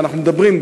ואנחנו מדברים,